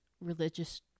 religious